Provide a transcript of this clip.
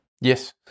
Yes